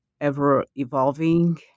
ever-evolving